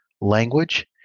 language